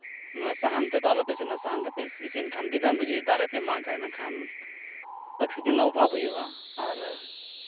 ᱱᱚᱣᱟ ᱥᱟᱦᱟᱱ ᱛᱮᱫᱚ ᱟᱞᱚᱯᱮ ᱤᱥᱤᱱᱟ ᱥᱟᱦᱟᱱ ᱛᱮᱯᱮ ᱤᱥᱤᱱ ᱞᱮᱠᱷᱟᱱ ᱫᱤᱱᱟᱹᱢ ᱜᱮ ᱡᱩᱫᱤ ᱫᱟᱨᱮᱯᱮ ᱢᱟᱜᱟ ᱤᱱᱟᱹᱠᱷᱟᱱ ᱚᱠᱥᱤᱡᱮᱱ ᱨᱮᱱᱟᱜ ᱚᱵᱷᱟᱵᱽ ᱦᱩᱭᱩᱜᱼᱟ ᱟᱨ